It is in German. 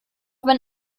wenn